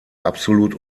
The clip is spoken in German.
absolut